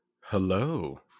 Hello